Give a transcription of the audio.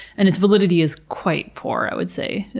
and its validity is quite poor, i would say.